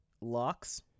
locks